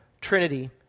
Trinity